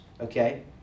okay